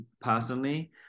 personally